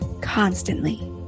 constantly